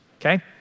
okay